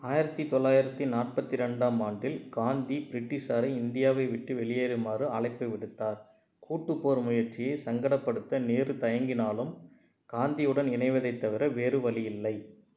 ஆயிரத்து தொள்ளாயிரத்து நாற்பத்து ரெண்டாம் ஆண்டில் காந்தி பிரிட்டிஷாரை இந்தியாவை விட்டு வெளியேறுமாறு அழைப்பு விடுத்தார் கூட்டுப் போர் முயற்சியை சங்கடப்படுத்த நேரு தயங்கினாலும் காந்தியுடன் இணைவதைத் தவிர வேறு வழியில்லை